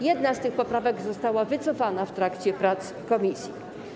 Jedna z tych poprawek została wycofana w trakcie prac komisji.